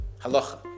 halacha